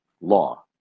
law